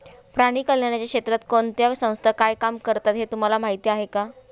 प्राणी कल्याणाच्या क्षेत्रात कोणत्या संस्था काय काम करतात हे तुम्हाला माहीत आहे का?